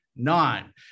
nine